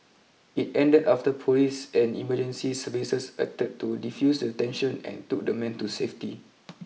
it ended after police and emergency services acted to defuse the tension and took the man to safety